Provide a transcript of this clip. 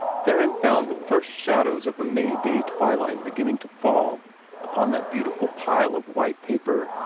theron found the first shadows of a may-day twilight beginning to fall upon that beautiful pile of white paper,